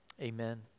Amen